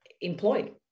employed